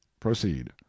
proceed